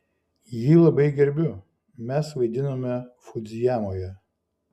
jį labai gerbiu mes vaidinome fudzijamoje